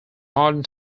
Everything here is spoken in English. modern